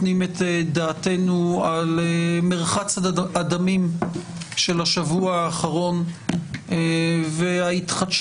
דעתנו גם על מרחץ הדמים של השבוע האחרון וההתחדשות